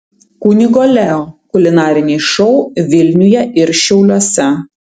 kunigo leo kulinariniai šou vilniuje ir šiauliuose